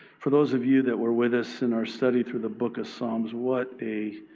for those of you that were with us in our study through the book of psalms. what a